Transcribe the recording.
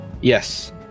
Yes